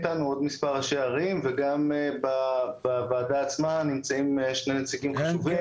עוד מספר ראשי ערים וגם בוועדה עצמה נמצאים שני נציגים חשובים.